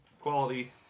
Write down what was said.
quality